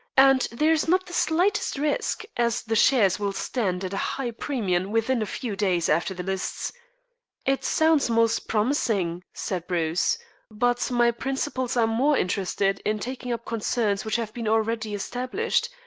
and there is not the slightest risk, as the shares will stand at a high premium within a few days after the lists it sounds most promising, said bruce but my principals are more interested in taking up concerns which have been already established,